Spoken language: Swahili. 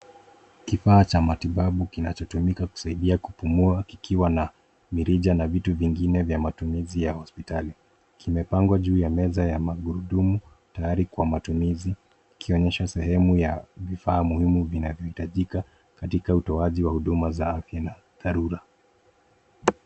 Kifaa cha matibabu kinachotumika kusaidia kupumua kikiwa na mirija na vitu vingine vya matumizi ya hospitali kimepangwa juu ya meza ya magurudumu tayari kwa matumizi ikionyesha sehemu ya vifaa muhimu vinavyohitajika katika utoaji wa hudumu za afya na dharura.